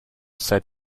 said